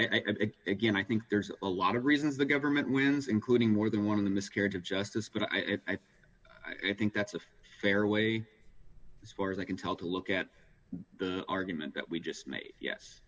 it again i think there's a lot of reasons the government wins including more than one of the miscarriage of justice but i think i think that's a fair way as far as i can tell to look at the argument that we just